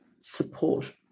support